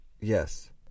Yes